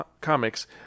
comics